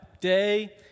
day